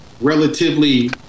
relatively